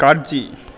காட்சி